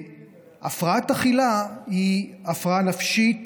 הפרעת אכילה היא הפרעה נפשית